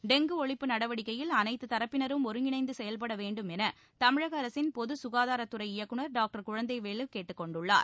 dengue ஒழிப்பு நடவடிக்கையில் அனைத்து தரப்பினரும் ஒருங்கிணைந்து செயல்பட வேண்டும் என தமிழக அரசின் பொது ககாதாரத்துறை இயக்குநர் டாக்டர் குழந்தைவேலு கேட்டுக் கொண்டுள்ளார்